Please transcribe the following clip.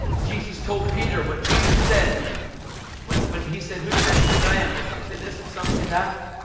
jesus told peter when peter said when but he said who do men say that i am? well, some say this, and some say that.